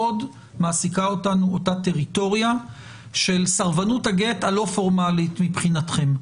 מאוד מעסיקה אותנו אותה טריטוריה של סרבנות הגט הלא פורמלית מבחינתכם.